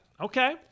Okay